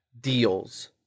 deals